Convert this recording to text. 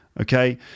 Okay